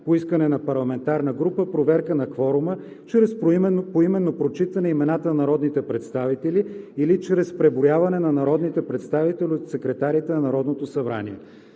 по искане на парламентарна група проверка на кворума чрез поименно прочитане имената на народните представители или чрез преброяване на народните представители от секретарите на Народното събрание.